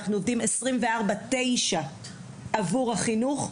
אנחנו עובדים 24/9 עבור החינוך,